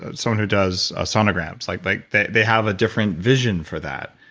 someone who does ah sonograms. like like they they have a different vision for that.